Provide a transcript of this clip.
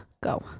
Go